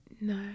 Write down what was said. No